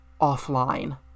Offline